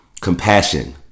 compassion